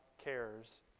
cares